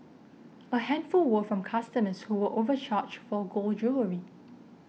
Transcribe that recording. a handful were from customers who were overcharged for gold jewellery